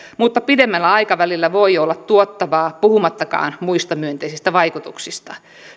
mutta pidemmällä aikavälillä voi olla tuottavaa puhumattakaan muista myönteisistä vaikutuksista